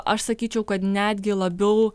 aš sakyčiau kad netgi labiau